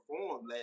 last